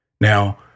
Now